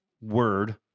word